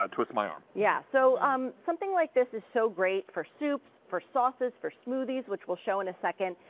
um twist my arm. yeah so um something like this is so great for soups, for sauces, for sweeties, which we will show in a second.